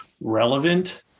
relevant